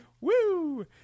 Woo